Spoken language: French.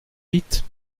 vite